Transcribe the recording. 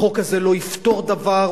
החוק הזה לא יפתור דבר,